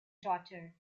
daughter